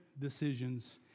decisions